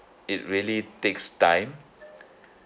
it really takes time